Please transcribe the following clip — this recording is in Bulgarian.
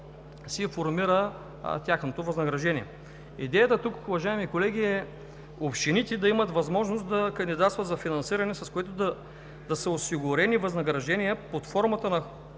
се формира тяхното възнаграждение. Идеята тук, уважаеми колеги, е общините да имат възможност да кандидатстват за финансиране, с което да са осигурени възнаграждения под формата на